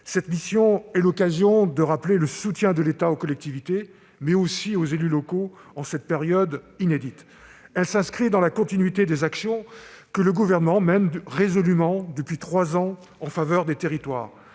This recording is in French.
Cette mission est l'occasion de rappeler le soutien de l'État aux collectivités, mais aussi aux élus locaux, en cette période inédite. Elle s'inscrit dans la continuité des actions que le Gouvernement mène résolument depuis trois ans en faveur des territoires